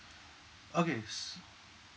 okays